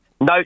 No